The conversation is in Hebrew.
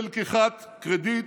בלקיחת קרדיט,